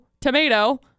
tomato